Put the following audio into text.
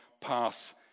pass